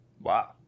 Wow